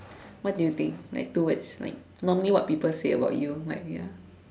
what do you think like two words like normally what people say about you like ya